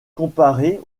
comparé